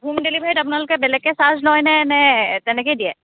হ'ম ডেলিভাৰীত আপোনালোকে বেলেগকৈ চাৰ্জ লয়নে নে তেনেকেই দিয়ে